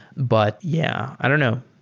but yeah, i don't know.